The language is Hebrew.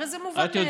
הרי זה מובן מאליו.